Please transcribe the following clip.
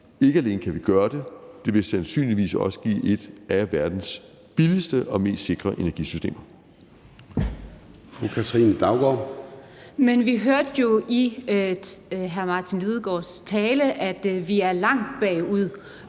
Ikke alene kan vi gøre det, det vil sandsynligvis også give et af verdens billigste og mest sikre energisystemer. Kl. 18:11 Formanden (Søren Gade): Fru Katrine Daugaard.